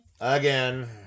Again